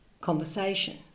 conversation